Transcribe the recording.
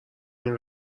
این